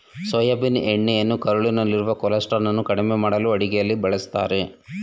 soybean ಎಣ್ಣೆಯನ್ನು ಕರುಳಿನಲ್ಲಿರುವ ಕೊಲೆಸ್ಟ್ರಾಲನ್ನು ಕಡಿಮೆ ಮಾಡಲು ಅಡುಗೆಯಲ್ಲಿ ಬಳ್ಸತ್ತರೆ